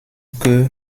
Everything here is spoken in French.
que